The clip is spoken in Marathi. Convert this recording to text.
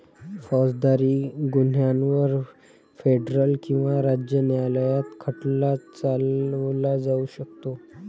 फौजदारी गुन्ह्यांवर फेडरल किंवा राज्य न्यायालयात खटला चालवला जाऊ शकतो